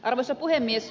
arvoisa puhemies